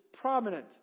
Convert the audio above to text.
prominent